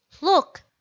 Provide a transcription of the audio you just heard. Look